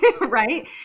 right